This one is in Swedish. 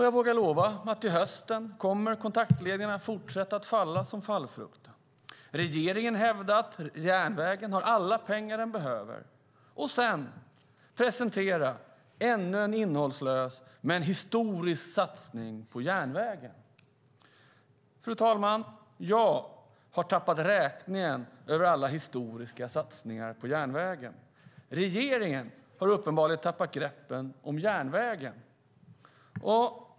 Jag vågar lova att till hösten kommer kontaktledningarna fortsätta att falla som fallfrukt, regeringen hävda att järnvägen har alla pengar den behöver och sedan presentera ännu en innehållslös men historisk satsning på järnvägen. Fru talman! Jag har tappat räkningen på alla historiska satsningar som har gjorts på järnvägen. Regeringen har uppenbarligen tappat greppet om järnvägen.